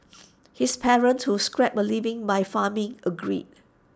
his parents who scraped A living by farming agreed